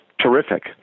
terrific